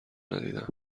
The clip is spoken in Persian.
ندیدم